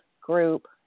group